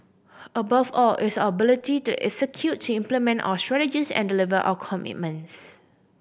above all it is our ability to executing implement our strategies and deliver our commitments